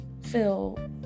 feel